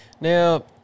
Now